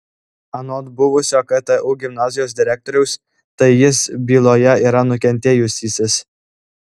anot buvusio ktu gimnazijos direktoriaus tai jis byloje yra nukentėjusysis